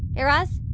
guy raz?